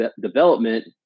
development